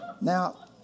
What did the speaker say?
Now